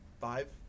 five